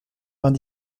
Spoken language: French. vingt